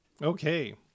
Okay